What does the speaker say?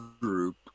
group